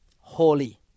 holy